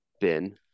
bin